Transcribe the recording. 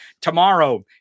Tomorrow